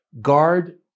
Guard